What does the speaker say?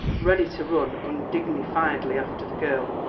ready to run undignifiedly after the girl,